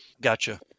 Gotcha